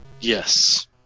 Yes